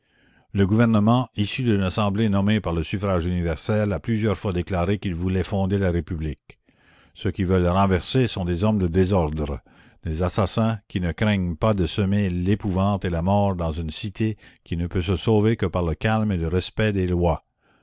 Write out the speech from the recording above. le gouvernement issu d'une assemblée nommée par le suffrage universel a plusieurs fois déclaré qu'il voulait fonder la république ceux qui veulent la renverser sont des hommes de désordre des assassins qui ne craignent pas de semer l'épouvante et la mort dans une cité qui ne peut se sauver que par le calme et le respect des lois